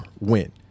win